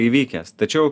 įvykęs tačiau